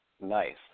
Nice